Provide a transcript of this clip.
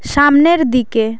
সামনের দিকে